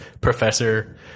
professor